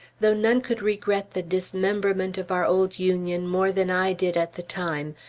though none could regret the dismemberment of our old union more than i did at the time,